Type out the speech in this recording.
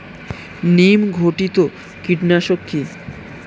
নিম ঘটিত কীটনাশক কি?